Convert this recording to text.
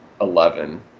Eleven